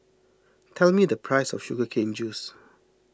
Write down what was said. tell me the price of Sugar Cane Juice